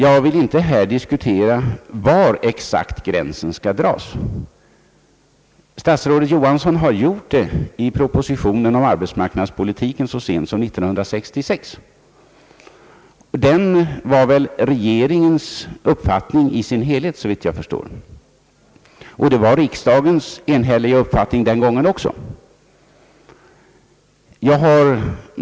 Jag vill inte här diskutera var gränsen exakt skall dras. Statsrådet Johansson gjorde det i propositionen om arbetsmarknadspolitiken så sent som 1966. Såvitt jag förstår var det hela regeringens uppfattning, och riksdagen antog enhälligt förslaget.